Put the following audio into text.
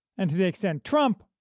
and to the extent trump,